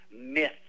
myth